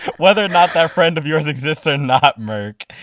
whether or not that friend of yours exists or not, merk,